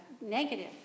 negative